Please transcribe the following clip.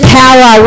power